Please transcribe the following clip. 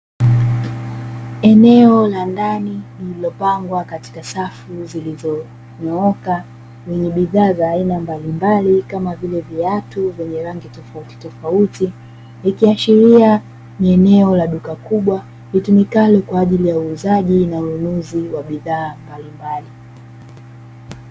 Eneo la ndani lililopangwa katika safu zilizonyooka, lenye bidhaa za aina mbalimbali kama vile viatu vyenye rangi tofautitofauti, likiashiria ni eneo la duka kubwa, litumikalo kwa ajili ya uuzaji na ununuzi wa bidhaa mbalimbali.